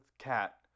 cat